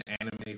anime